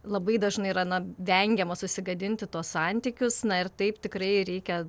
labai dažnai yra na vengiama susigadinti tuos santykius na ir taip tikrai reikia